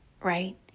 right